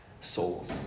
souls